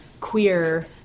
queer